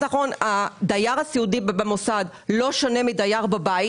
הדייר הסיעודי במוסד לא שונה מדייר בבית,